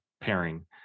pairing